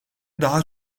daha